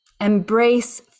Embrace